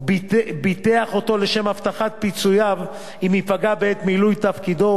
ביטח אותו לשם הבטחת פיצוייו אם ייפגע בעת מילוי תפקידו,